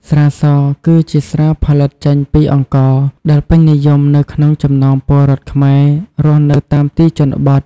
ស្រាស គឺជាស្រាផលិតចេញពីអង្ករ ដែលពេញនិយមនៅក្នុងចំណោមពលរដ្ឋខ្មែររស់នៅតាមទីជនបទ។